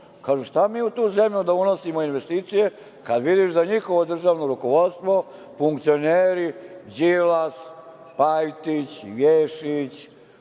šta mi u tu zemlju da unosimo investicije, kada vidiš da njihovo državno rukovodstvo, funkcioneri, Đilas, Pajtić, Ješić,